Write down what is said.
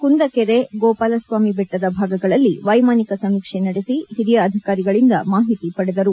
ಕುಂದಕೆರೆ ಗೋಪಾಲಸ್ವಾಮಿ ಬೆಟ್ಟದ ಭಾಗಗಳಲ್ಲಿ ವೈಮಾನಿಕ ಸಮೀಕ್ಷೆ ನಡೆಸಿ ಹಿರಿಯ ಅಧಿಕಾರಿಗಳಿಂದ ಮಾಹಿತಿ ಪಡೆದರು